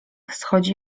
schodzi